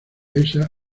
esa